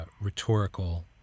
rhetorical